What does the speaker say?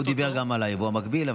הוא דיבר גם על היבוא המקביל.